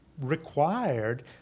required